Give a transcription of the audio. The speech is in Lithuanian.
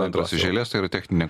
antras iš eilės tai yra techninė